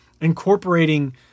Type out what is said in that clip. incorporating